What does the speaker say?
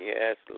Yes